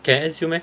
can S_U meh